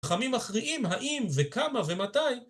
חכמים מכריעים האם וכמה ומתי